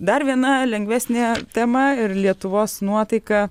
dar viena lengvesnė tema ir lietuvos nuotaiką